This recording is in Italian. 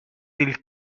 del